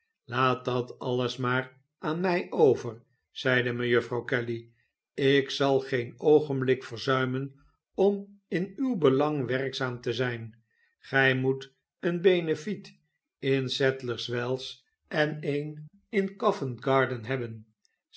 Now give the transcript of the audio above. laat dat alles maar aan mi over zeide mejuffrouw kelly ik zal geen oogenblik verzuimen om in uw belang werkzaam te zijn gij moet een benefiet in sadlers wells en een in govent garden hebben